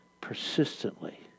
Persistently